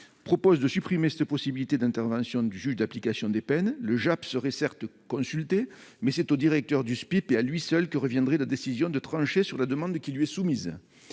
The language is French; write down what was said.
objet de supprimer cette possibilité d'intervention du juge de l'application des peines. On continuerait de consulter le JAP, mais c'est au directeur du SPIP, et à lui seul, que reviendrait la décision de trancher sur la demande qui lui est soumise.